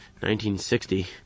1960